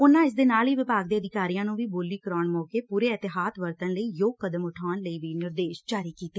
ਉਨੂਾ ਇਸ ਦੇ ਨਾਲ ਹੀ ਵਿਭਾਗ ਦੇ ਅਧਿਕਾਰੀਆਂ ਨੂੰ ਵੀ ਬੋਲੀ ਕਰਵਾਉਣ ਮੌਕੇ ਪੂਰੇ ਅਹਿਤਿਆਤ ਵਰਤਣ ਲਈ ਯੋਗ ਕਦਮ ਉਠਾਉਣ ਲਈ ਨਿਰਦੇਸ਼ ਜਾਰੀ ਕੀਤੇ